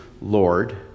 Lord